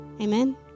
Amen